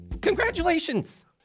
Congratulations